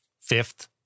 fifth